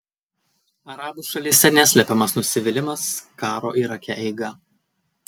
arabų šalyse neslepiamas nusivylimas karo irake eiga